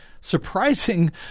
surprising